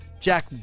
Jack